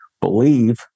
believe